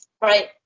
right